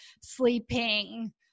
sleeping